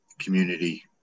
community